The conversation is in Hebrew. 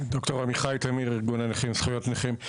ד"ר עמיחי תמיר, ארגון הנכים, זכויות נכים.